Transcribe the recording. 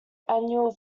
annual